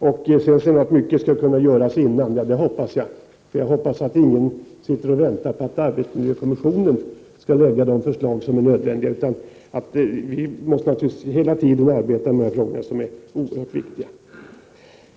Kersti Johansson säger också att mycket skulle kunna göras före. Ja, det hoppas jag! Jag hoppas att ingen sitter och väntar på att arbetsmiljökommissionen skall lägga fram de förslag som är nödvändiga, utan hela tiden måste vi naturligtvis arbeta med de här oerhört viktiga frågorna.